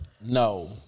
No